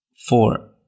Four